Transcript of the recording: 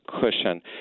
cushion